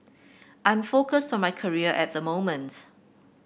I'm focused on my career at the moment